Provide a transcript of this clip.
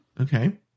okay